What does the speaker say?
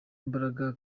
imbaraga